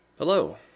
Hello